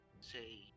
say